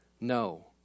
No